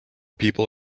people